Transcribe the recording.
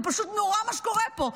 זה פשוט נורא מה שקורה פה.